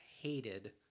hated